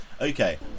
okay